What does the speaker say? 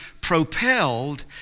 propelled